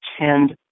tend